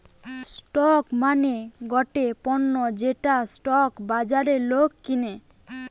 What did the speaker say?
stock মানে গটে পণ্য যেটা স্টক বাজারে লোক কিনে